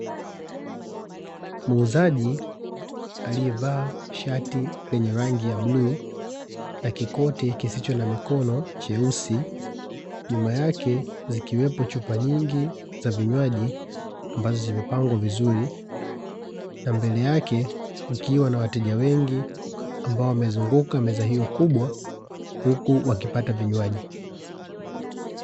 Muuzaji aliyevaa shati yenye rangi ya bluu na kikoti kisicho na mikono cheusi, nyuma yake kukiwepo chupa nyingi za vinywaji ambazo zimepangwa vizuri na mbele yake kukiwa na wateja wengi ambao wamezunguka meza hiyo kubwa huku wakipata vinywaji.